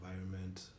environment